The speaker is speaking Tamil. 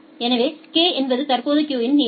எனவே k என்பது தற்போதைய கியூவின் நீளம்